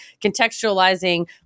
contextualizing